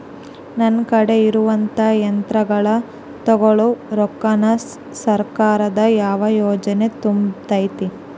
ನನ್ ಕಡೆ ಇರುವಂಥಾ ಯಂತ್ರಗಳ ತೊಗೊಳು ರೊಕ್ಕಾನ್ ಸರ್ಕಾರದ ಯಾವ ಯೋಜನೆ ತುಂಬತೈತಿ?